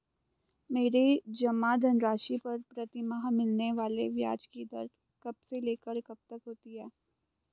मेरे जमा धन राशि पर प्रतिमाह मिलने वाले ब्याज की दर कब से लेकर कब तक होती है?